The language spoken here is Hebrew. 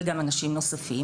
וגם אנשים נוספים,